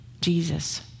Jesus